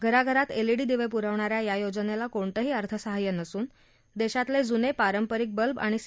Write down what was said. घराघरात एलईडी दिवे पुरवणाऱ्या या योजनेला कोणतंही अर्थसहाय्य नसून देशातले जुने पारंपरिक बल्ब आणि सी